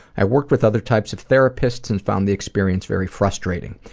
i worked with other types of therapists and found the experience very frustrating.